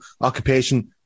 occupation